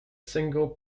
single